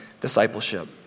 discipleship